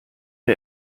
der